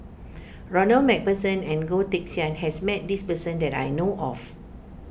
Ronald MacPherson and Goh Teck Sian has met this person that I know of